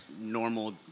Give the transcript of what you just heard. normal